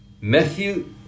Matthew